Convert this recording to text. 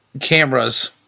cameras